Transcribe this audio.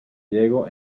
diego